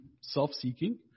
self-seeking